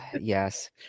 Yes